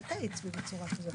אל תאיץ בי בצורה כזאת.